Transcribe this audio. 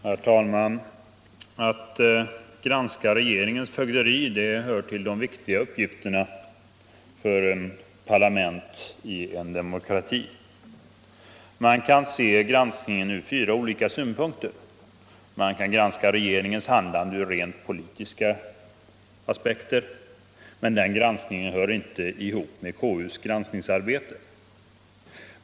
Herr talman! Att granska regeringens fögderi hör till de viktiga uppgifterna för parlamentet i en demokrati. Vi kan se granskningen ur fyra olika synpunkter: Man kan granska regeringens handlande ur rent politiska aspekter, men den granskningen hör inte ihop med KU:s granskningsarbete.